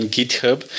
GitHub